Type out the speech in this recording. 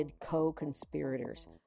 co-conspirators